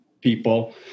people